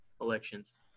elections